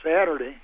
Saturday